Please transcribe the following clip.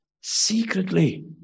secretly